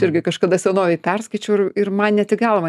irgi kažkada senovėj perskaičiau ir ir man net į galvą